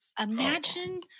Imagine